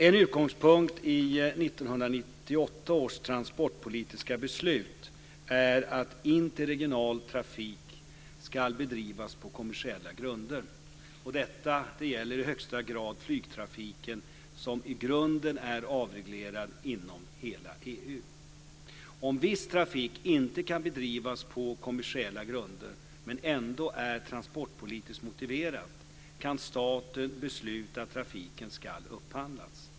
En utgångspunkt i 1998 års transportpolitiska beslut är att interregional trafik ska bedrivas på kommersiella grunder. Detta gäller i högsta grad flygtrafiken, som i grunden är avreglerad inom hela EU. Om viss trafik inte kan bedrivas på kommersiella grunder men ändå är transportpolitiskt motiverad kan staten besluta att trafiken ska upphandlas.